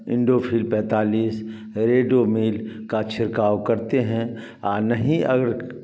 इंडोफिल पैंतालीस रेडियो मिल का छिड़काव करते हैं आ नहीं और